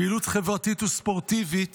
פעילות חברתית וספורטיבית